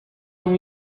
اون